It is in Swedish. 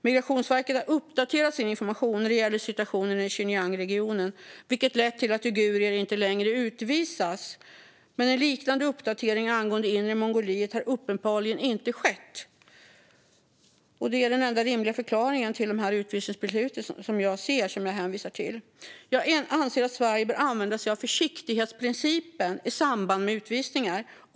Migrationsverket har uppdaterat sin information när det gäller situationen i Xinjiangregionen, vilket lett till att uigurer inte längre utvisas. Men en liknande uppdatering angående Inre Mongoliet har uppenbarligen inte skett. Det är den enda rimliga förklaring jag ser till de utvisningsbeslut som jag hänvisat till. Jag anser att Sverige bör använda sig av försiktighetsprincipen i samband med utvisningar.